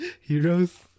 Heroes